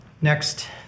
Next